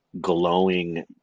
glowing